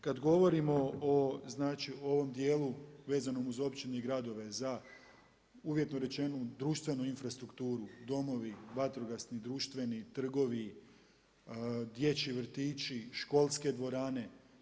Kada govorimo o, znači o ovom dijelu vezanom uz općine i gradove za uvjetno rečeno društvenu infrastrukturu, domovi vatrogasni, društveni, trgovi, dječji vrtići, školske dvorane.